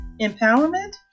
empowerment